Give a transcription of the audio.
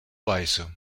weiße